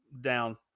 down